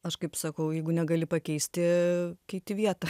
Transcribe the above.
aš kaip sakau jeigu negali pakeisti keiti vietą